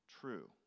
true